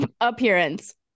appearance